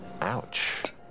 Ouch